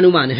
अनुमान है